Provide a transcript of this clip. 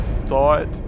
thought